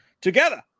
together